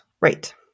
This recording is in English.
Right